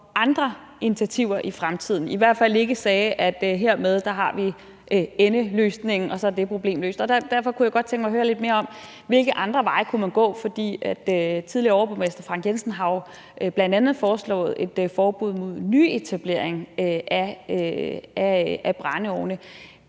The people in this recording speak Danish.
andre initiativer i fremtiden og i hvert fald ikke sagde, at vi hermed har den endelige løsning, og så er det problem løst. Derfor kunne jeg godt tænke mig at høre lidt mere om, hvilke andre veje man kunne gå, for tidligere overborgmester Frank Jensen har jo bl.a. foreslået et forbud mod nyetablering af brændeovne.